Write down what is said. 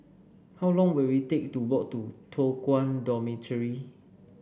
how long will it take to walk to Toh Guan Dormitory